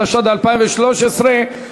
התשע"ד 2014,